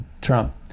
Trump